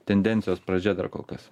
tendencijos pradžia dar kol kas